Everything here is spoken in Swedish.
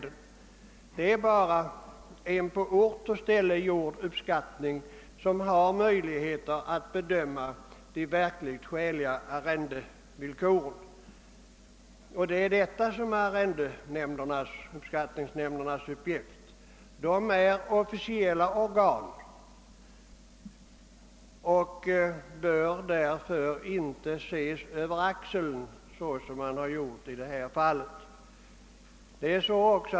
Det är bara en på ort och ställe gjord uppskattning som ger möjlighet att bedöma de verkligt skäliga arrendevillkoren. Detta är arrendeuppskattningsnämndernas uppgift. De är officiella organ och bör därför inte ses över axeln, såsom man har gjort i detta fall.